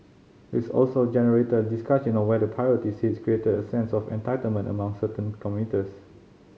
it's also generated discussion on whether priority seats created a sense of entitlement among certain commuters